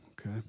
okay